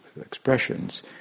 expressions